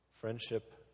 friendship